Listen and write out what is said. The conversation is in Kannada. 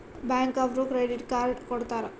ಬ್ಯಾಂಕ್ ಅವ್ರು ಕ್ರೆಡಿಟ್ ಅರ್ಡ್ ಕೊಡ್ತಾರ